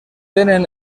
tenen